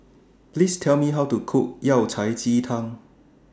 Please Tell Me How to Cook Yao Cai Ji Tang